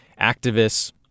activists